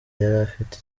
yarafite